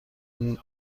این